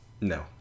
No